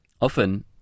often